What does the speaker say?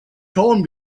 torn